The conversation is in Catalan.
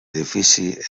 edifici